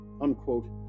unquote